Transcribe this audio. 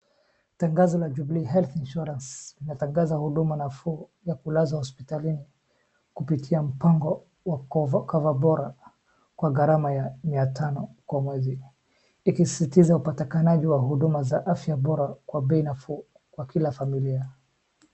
Tangazo la Jubilee Healh insurance linatangaza huduma nafuu ya kulazwa hospitalini kupitia mpango wa Cover Bora kwa gharama ya mia tano kwa mwezi. Ikisisitiza upatikanaji wa huduma za fya bora kwa bei nafuu kwa kila familia.